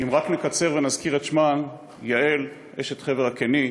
אם רק נקצר ונזכיר את שמותיהן: יעל אשת חבר הקיני,